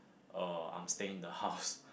uh I'm staying in the house